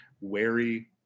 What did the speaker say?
wary